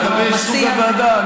ולגבי סוג הוועדה,